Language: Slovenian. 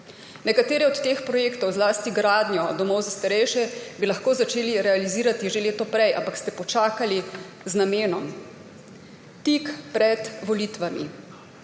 Nekatere od teh projektov, zlasti gradnjo domov za starejše, bi lahko začeli realizirati že leto prej, ampak ste počakali z namenom – tik pred volitvami.